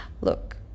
look